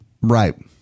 Right